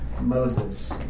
Moses